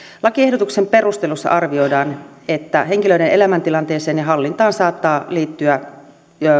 lakiehdotuksen perusteluissa arvioidaan että henkilöiden elämäntilanteeseen ja hallintaan saattaa liittyä